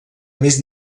més